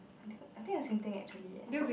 i think I think the same thing actually leh eh